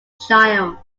child